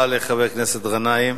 תודה רבה לחבר הכנסת גנאים.